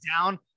down